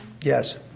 Yes